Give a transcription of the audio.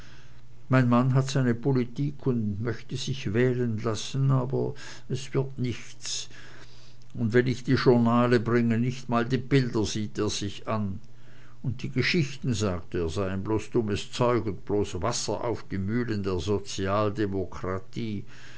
mein mann hat seine politik und möchte sich wählen lassen aber es wird nichts und wenn ich die journale bringe nicht mal die bilder sieht er sich an und die geschichten sagt er seien bloß dummes zeug und bloß wasser auf die mühlen der sozialdemokratie